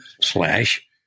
slash